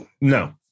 No